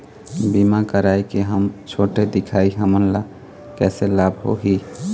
बीमा कराए के हम छोटे दिखाही हमन ला कैसे लाभ होही?